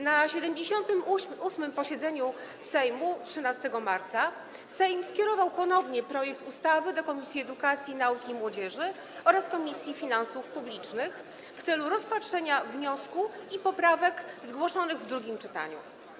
Na 78. posiedzeniu Sejmu 13 marca Sejm skierował ponownie projekt ustawy do Komisji Edukacji, Nauki i Młodzieży oraz Komisji Finansów Publicznych w celu rozpatrzenia wniosku i poprawek zgłoszonych w drugim czytaniu.